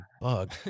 bug